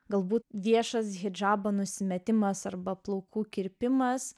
galbūt viešas hidžabo nusimetimas arba plaukų kirpimas